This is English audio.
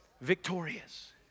Victorious